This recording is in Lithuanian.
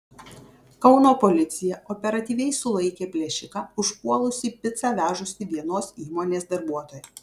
kauno policija operatyviai sulaikė plėšiką užpuolusį picą vežusį vienos įmonės darbuotoją